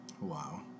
Wow